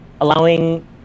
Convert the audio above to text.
allowing